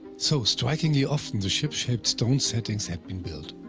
so, strikingly often the ship shaped stone settings had been built.